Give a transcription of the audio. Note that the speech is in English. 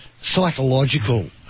psychological